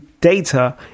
data